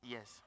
Yes